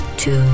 two